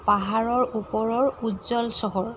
পাহাৰৰ ওপৰৰ উজ্জ্বল চহৰ